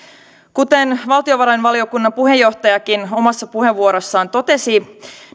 kuten valtiovarainvaliokunnan puheenjohtajakin omassa puheenvuorossaan totesi